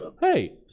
hey